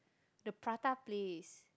the Prata place